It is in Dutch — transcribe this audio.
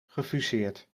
gefuseerd